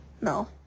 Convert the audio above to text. No